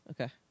okay